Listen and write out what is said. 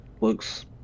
looks